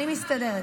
אני מסתדרת.